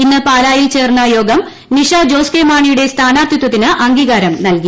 ഇന്ന് പാലായിൽ ചേർന്ന യോഗം നിഷ ജോസ് കെ മാണിയുടെ സ്ഥാനാർത്ഥിത്വത്തിന് അംഗീകാരം നൽകി